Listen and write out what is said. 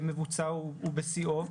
מבוצע והוא בשיאו.